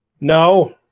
No